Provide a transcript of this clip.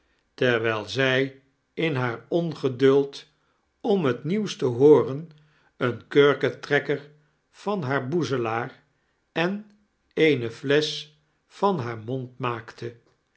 terwijl zij in haar ongeduld oni het nieiuws te hoarem eem kurketaiekker van haar boezelaar en eeme flesch van haar mond maakte